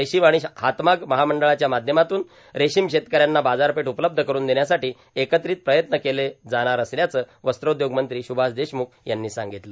रेशीम र्आाण हातमाग महामंडळाच्या माध्यमातून रेशीम शेतकऱ्यांना बाजारपेठ उपलब्ध करुन देण्यासाठो एकत्रित प्रयत्न केले जाणार असल्याचं वस्त्रोद्योग मंत्री सुभाष देशम्ख यांनी सांगतलं